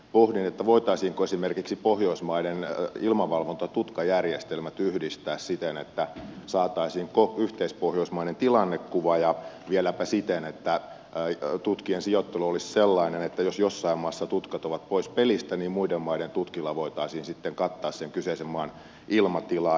pohdin voitaisiinko esimerkiksi pohjoismaiden ilmavalvontatutkajärjestelmät yhdistää siten että saataisiin yhteispohjoismainen tilannekuva ja vieläpä siten että tutkien sijoittelu olisi sellainen että jos jossain maassa tutkat ovat pois pelistä niin muiden maiden tutkilla voitaisiin sitten kattaa sen kyseisen maan ilmatilaa